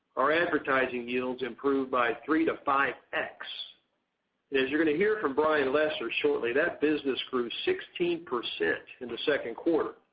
our advertising yields improve by three to five x. and as you are going to hear from brian lesser shortly that business grew sixteen percent in the second quarter.